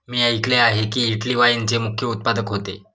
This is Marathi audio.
मी ऐकले आहे की, इटली वाईनचे मुख्य उत्पादक होते